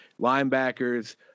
linebackers